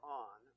on